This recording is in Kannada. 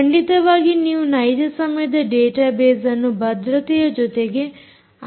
ಖಂಡಿತವಾಗಿ ನೀವು ನೈಜ ಸಮಯದ ಡಾಟಾ ಬೇಸ್ಅನ್ನು ಭದ್ರತೆಯ ಜೊತೆಗೆ ಆಯ್ಕೆ ಮಾಡಬಹುದು